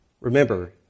Remember